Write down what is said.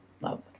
love